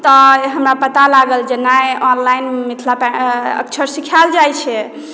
तऽ हमरा पता लागल जे नहि ऑनलाइन मिथिलाक्षर सिखायल जाइत छै